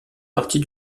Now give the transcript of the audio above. partie